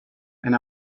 and